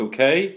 Okay